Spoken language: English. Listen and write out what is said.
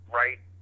right